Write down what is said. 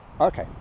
Okay